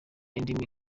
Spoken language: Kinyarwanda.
indimi